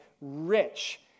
rich